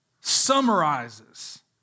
summarizes